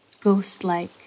ghost-like